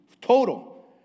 total